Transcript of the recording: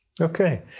Okay